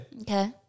Okay